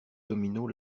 dominos